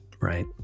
right